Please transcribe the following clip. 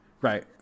Right